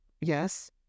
yes